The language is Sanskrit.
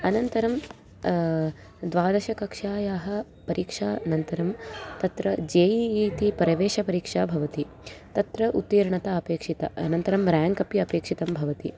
अनन्तरं द्वादशकक्षायाः परीक्षानन्तरं तत्र जे इ इ इति प्रवेशपरीक्षा भवति तत्र उत्तीर्णता अपेक्षिता अनन्तरं र्याङ्क् अपि अपेक्षितं भवति